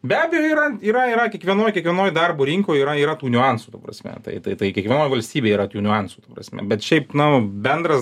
be abejo yra yra yra kiekvienoj kiekvienoj darbo rinkoj yra yra tų niuansų ta prasme tai tai tai kiekvienoj valstybėj yra tų niuansų ta prasme bet šiaip nu bendras